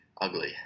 ugly